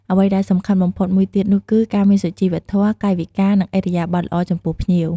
អ្វីដែលសំខាន់បំផុតមួយទៀតនោះគឺ ការមានសុជីវធម៌ កាយវិការ និងឥរិយាបថល្អចំពោះភ្ញៀវ។